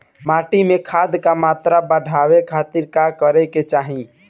माटी में खाद क मात्रा बढ़ावे खातिर का करे के चाहीं?